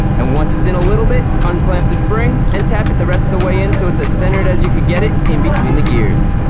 and once it's in a little bit, unclamp the spring, and tap it the rest of the way in so it's as centered as you can get it in between the gears.